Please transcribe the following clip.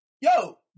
Yo